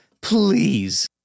Please